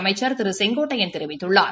அமைச்சர் Thiru K A Sengottaiyan தெரிவித்துள்ளார்